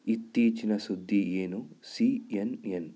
ಇತ್ತೀಚಿನ ಸುದ್ದಿ ಏನು ಸಿ ಎನ್ ಎನ್